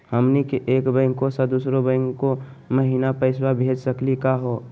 हमनी के एक बैंको स दुसरो बैंको महिना पैसवा भेज सकली का हो?